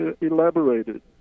elaborated